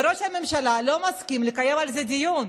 וראש הממשלה לא מסכים לקיים על זה דיון.